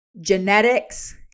Genetics